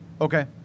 Okay